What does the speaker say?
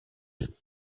unis